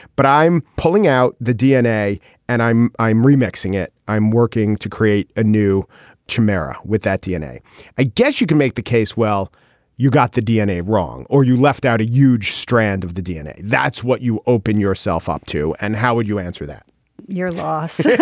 but i'm pulling out the dna and i'm i'm remixing it. i'm working to create a new chimera with that dna i guess you can make the case well you've got the dna wrong or you left out a huge strand of the dna. that's what you open yourself up to and how would you answer that your loss.